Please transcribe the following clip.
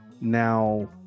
Now